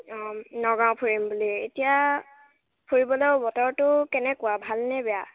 অঁ নগাঁও ফুৰিম বুলি এতিয়া ফুৰিবলৈও বতৰটো কেনেকুৱা ভাল নে বেয়া